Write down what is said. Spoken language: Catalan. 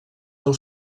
del